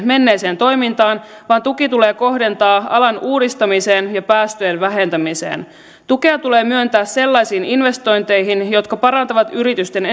menneeseen toimintaan vaan tuki tulee kohdentaa alan uudistamiseen ja päästöjen vähentämiseen tukea tulee myöntää sellaisiin investointeihin jotka parantavat yritysten